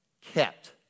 kept